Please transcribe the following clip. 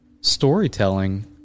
storytelling